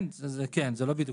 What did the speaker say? כן, זה לא בדיוק.